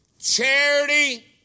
Charity